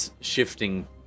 shifting